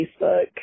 Facebook